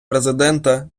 президента